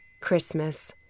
Christmas